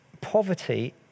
poverty